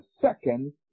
second